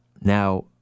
Now